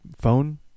phone